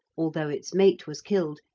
altho' its mate was killed,